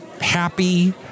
happy